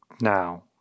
now